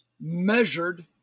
measured